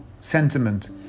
sentiment